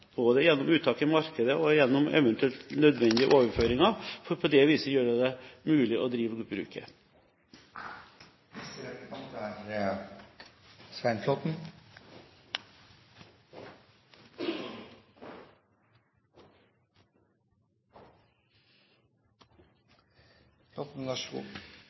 både gjennom uttak i markedet og eventuelt gjennom nødvendige overføringer for på det viset å gjøre det mulig å drive bruket.